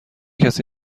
کسی